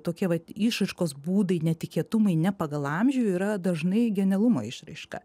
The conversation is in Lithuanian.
tokie vat išraiškos būdai netikėtumai ne pagal amžių yra dažnai genialumo išraiška